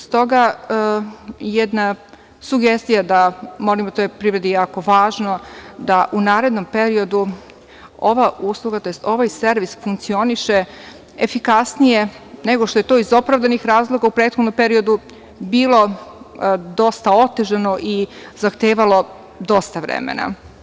Stoga, jedna sugestija, da, to je privredi jako važno da u narednom periodu ova usluga, tj. ovaj servis funkcioniše efikasnije nego što je to iz opravdanih razloga u prethodnom periodu bilo dosta otežano i zahtevalo dosta vremena.